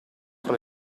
tra